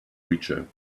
creature